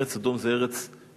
ארץ אדום זו ארץ מדברית.